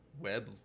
web